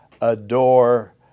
adore